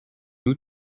août